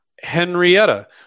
Henrietta